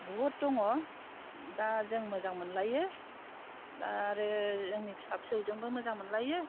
बहुद दङ दा जों मोजां मोनलायो दा आरो जोंनि फिसा फिसौजोंबो मोजां मोनलायो